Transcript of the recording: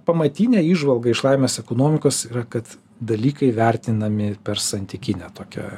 pamatinė įžvalga iš laimės ekonomikos yra kad dalykai vertinami per santykinę tokią